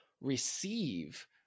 receive